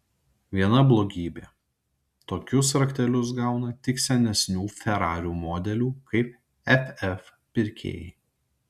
viena blogybė tokius raktelius gauna tik senesnių ferarių modelių kaip ff pirkėjai